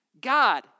God